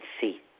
see